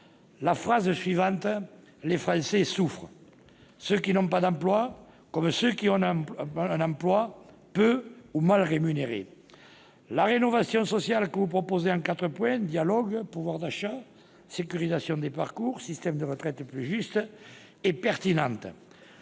la phrase suivante :« Les Français souffrent », ceux qui n'ont pas d'emploi comme ceux qui ont un emploi peu ou mal rémunéré. La rénovation sociale que vous proposez en quatre points- dialogue social, pouvoir d'achat, sécurisation des parcours professionnels, système de retraite plus juste -est pertinente.